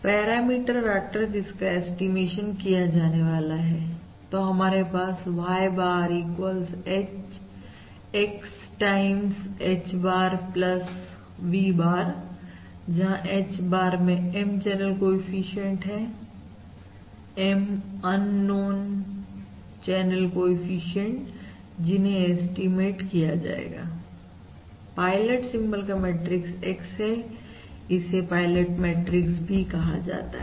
parameter vector जिसका estimation किया जाने वाला है तो हमारे पास है Y bar equals H X times H bar V bar जहां H bar में M चैनल कोएफिशिएंट है M अननोन चैनल कोएफिशिएंट जिन्हें एस्टीमेट किया जाएगा पायलट सिंबल का मैट्रिक्स X है इसे पायलट मैट्रिक्स भी कहा जाता है